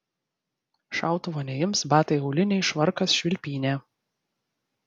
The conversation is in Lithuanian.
šautuvo neims batai auliniai švarkas švilpynė